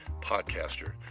podcaster